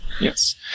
Yes